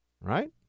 right